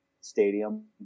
stadium